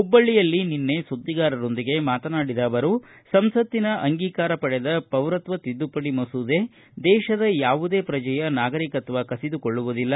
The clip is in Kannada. ಹುಬ್ಬಳ್ಳಿಯಲ್ಲಿ ನಿನ್ನೆ ಸುದ್ದಿಗಾರರೊಂದಿಗೆ ಮಾತನಾಡಿದ ಅವರು ಸಂಸತ್ತಿನ ಅಂಗೀಕಾರ ಪಡೆದ ಪೌರತ್ವ ತಿದ್ದುಪಡಿ ಮಸೂದೆ ದೇತದ ಯಾವುದೇ ಪ್ರಜೆಯ ನಾಗರಿಕತ್ವ ಕಸಿದುಕೊಳ್ಳುವುದಿಲ್ಲ